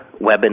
webinars